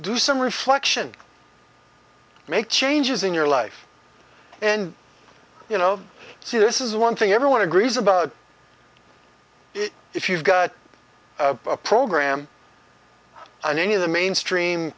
do some reflection make changes in your life and you know see this is one thing everyone agrees about if you've got a program and any of the mainstream